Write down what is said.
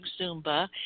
Zumba